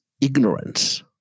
ignorance